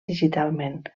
digitalment